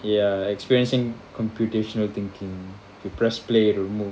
ya experiencing computational thinking to press play to move